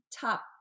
top